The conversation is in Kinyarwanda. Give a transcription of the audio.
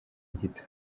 gito